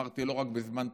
אמרתי: לא רק בזמן בחירות,